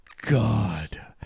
god